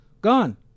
gone